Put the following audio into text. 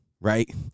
right